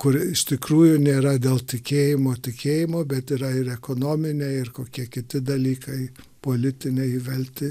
kur iš tikrųjų nėra dėl tikėjimo tikėjimo bet yra ir ekonominiai ir kokie kiti dalykai politiniai įvelti